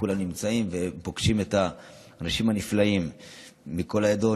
כולם נמצאים ופוגשים את האנשים הנפלאים מכל העדות,